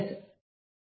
S